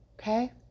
okay